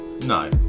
No